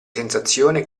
sensazione